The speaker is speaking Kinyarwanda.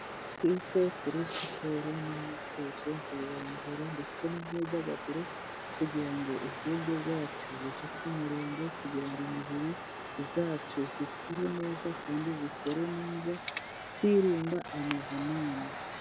Twite kuri siporo n'imyitozo ngororamubiri ndetse n'imyidagaduro, kugira ngo ubwenge bwacu bujye ku murongo, kugira ngo imibiri yacu ikure neza, kandi ikore neza twirinda amavunane.